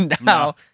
now